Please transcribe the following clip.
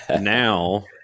Now